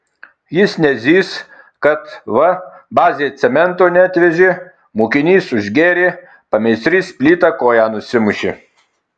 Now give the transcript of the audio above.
jis nezys kad va bazė cemento neatvežė mokinys užgėrė pameistrys plyta koją nusimušė